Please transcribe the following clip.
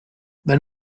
wenn